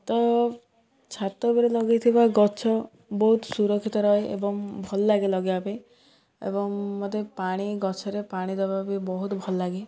ତ ଛାତ ଉପରେ ଲଗାଇଥିବା ଗଛ ବହୁତ ସୁରକ୍ଷିତ ରହେ ଏବଂ ଭଲ ଲାଗେ ଲଗାଇବା ପାଇଁ ଏବଂ ମୋତେ ପାଣି ଗଛରେ ପାଣି ଦେବା ବି ବହୁତ ଭଲ ଲାଗେ